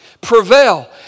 Prevail